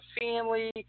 family